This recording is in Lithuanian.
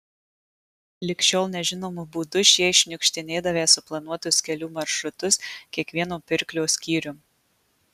lig šiol nežinomu būdu šie iššniukštinėdavę suplanuotus kelių maršrutus kiekvieno pirklio skyrium